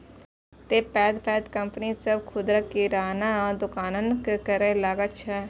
तें पैघ पैघ कंपनी सभ खुदरा किराना दोकानक करै लागल छै